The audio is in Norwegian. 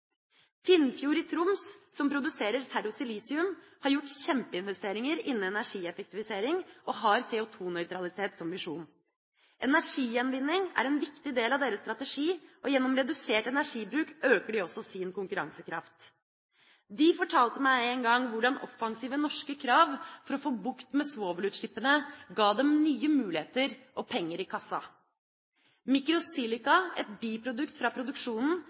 Finnfjord i Troms, som produserer ferrosilisium, har gjort kjempeinvesteringer innen energieffektivisering og har CO2-nøytralitet som visjon. Energigjenvinning er en viktig del av deres strategi, og gjennom redusert energibruk øker de også sin konkurransekraft. De fortalte meg en gang hvordan offensive norske krav for å få bukt med svovelutslippene ga dem nye muligheter og penger i kassa. Microsilica, et biprodukt fra produksjonen,